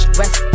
rest